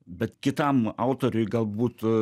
bet kitam autoriui galbūt